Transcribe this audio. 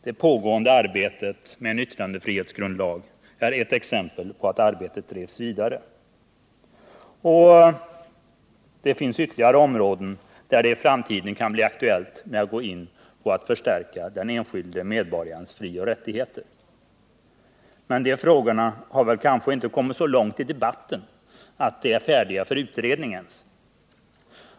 Det pågående arbetet med en yttrandefrihetsgrundlag är ett exempel på att arbetet drivs vidare. Det finns ytterligare exempel där det i framtiden kan bli aktuellt att gå in och förstärka den enskilde medborgarens frioch rättigheter. Men de frågorna har kanske inte kommit så långt i debatten att de ens är färdiga för utredning.